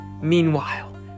Meanwhile